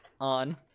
On